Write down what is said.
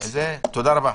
תודה רבה.